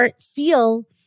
feel